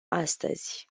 astăzi